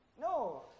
No